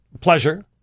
pleasure